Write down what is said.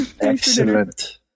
Excellent